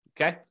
Okay